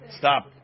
stop